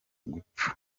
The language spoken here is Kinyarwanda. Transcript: gupfa